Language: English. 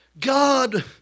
God